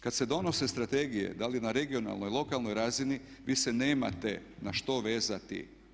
Kad se donose strategije da li na regionalnoj, lokalnoj razini vi se nemate na što vezati.